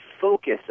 focus